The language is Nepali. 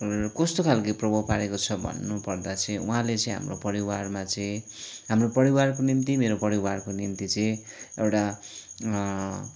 कस्तो खालको प्रभाव पारेको छ भन्नुपर्दा चाहिँ उहाँले चाहिँ हाम्रो परिवारमा चाहिँ हाम्रो परिवारको निम्ति मेरो परिवारको निम्ति चाहिँ एउटा